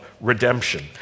redemption